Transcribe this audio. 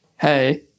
Hey